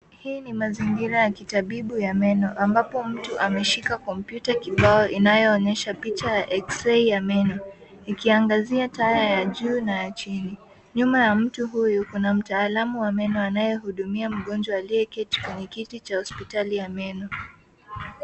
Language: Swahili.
Hii ni mazingira ya kitabibu ya meno ambapo mtu ameshika kompyuta kibao inayoonyesha picha ya x_ray ya meno ikiangazia taa ya juu na ya chini. Nyuma ya mtu huyu kuna mtalamu wa meno anayehudumia mgonjwa aliyeketi kwenye kiti cha hospitali ya meno.